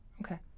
Okay